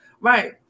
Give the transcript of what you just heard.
right